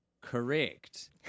Correct